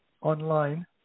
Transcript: online